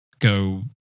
Go